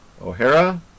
Ohara